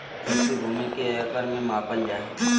कृषि भूमि के एकड़ में मापल जाय हइ